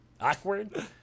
awkward